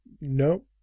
No